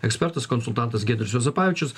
ekspertas konsultantas giedrius juozapavičius